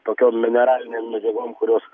tokiom mineralinėm medžiagom kurios